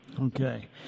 Okay